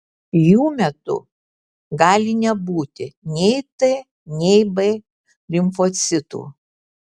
jų metu gali nebūti nei t nei b limfocitų